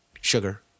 Sugar